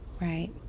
Right